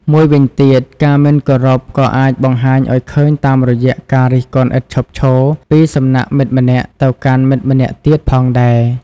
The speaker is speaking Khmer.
មួយវិញទៀត ការមិនគោរពក៏អាចបង្ហាញឱ្យឃើញតាមរយៈការរិះគន់ឥតឈប់ឈរពីសំណាក់មិត្តម្នាក់ទៅកាន់មិត្តម្នាក់ទៀតផងដែរ។